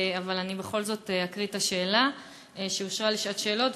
אבל אני בכל זאת אקריא את השאלה שאושרה לשעת שאלות,